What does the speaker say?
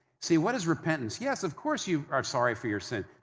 see, what is repentance? yes, of course you are sorry for your sin,